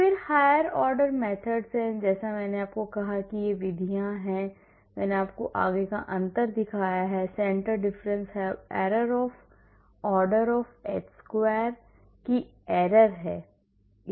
फिर higher order methods हैं जैसे मैंने कहा कि ये विधियाँ जैसे मैंने आपको आगे का अंतर दिखाया center difference have error of the order of h square की error है